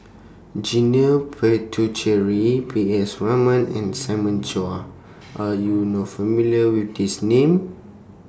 Janil Puthucheary P S Raman and Simon Chua Are YOU not familiar with These Names